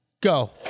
go